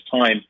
time